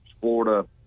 Florida